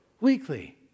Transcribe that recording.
weekly